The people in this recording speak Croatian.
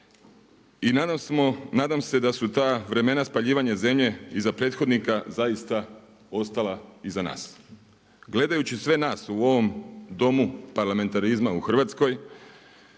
i nadam se da su ta vremena spaljivanja zemlje iza prethodnika zaista ostala iza nas. Gledajući sve nas u ovom Domu parlamentarizma u Hrvatskoj